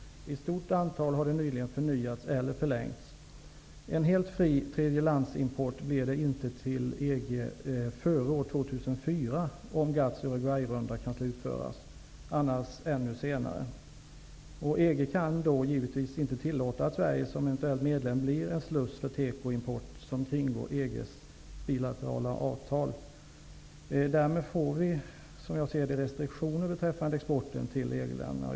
I stort antal har de nyligen förnyats eller förlängts. En helt fri tredjelandsimport blir det inte till EG före år annat fall blir det ännu senare. EG kan då givetvis inte tillåta att Sverige såsom en eventuell medlem blir en sluss för tekoimport som kringgår EG:s bilaterala avtal. Därmed får vi, som jag ser det, restriktioner för exporten till EG länderna.